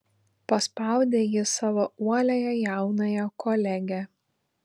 paspaudė ji savo uoliąją jaunąją kolegę